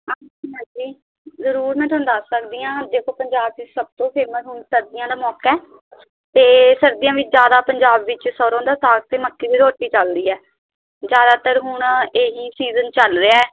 ਹਾਂਜੀ ਹਾਂਜੀ ਜ਼ਰੂਰ ਮੈਂ ਤੁਹਾਨੂੰ ਦੱਸ ਸਕਦੀ ਹਾਂ ਦੇਖੋ ਪੰਜਾਬ 'ਚ ਸਭ ਤੋਂ ਫੇਮਸ ਹੁਣ ਸਰਦੀਆਂ ਦਾ ਮੌਕਾ ਅਤੇ ਸਰਦੀਆਂ ਵਿੱਚ ਜ਼ਿਆਦਾ ਪੰਜਾਬ ਵਿੱਚ ਸਰੋਂ ਦਾ ਸਾਗ ਅਤੇ ਮੱਕੀ ਦੀ ਰੋਟੀ ਚੱਲਦੀ ਹੈ ਜ਼ਿਆਦਾਤਰ ਹੁਣ ਇਹ ਹੀ ਸੀਜ਼ਨ ਚੱਲ ਰਿਹਾ